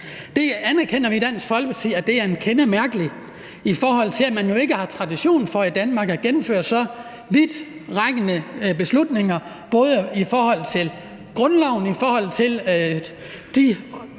Det mener vi i Dansk Folkeparti er en kende mærkeligt, i forhold til at man jo ikke i Danmark har tradition for at gennemføre så vidtrækkende beslutninger, både i forhold til grundloven og i forhold til de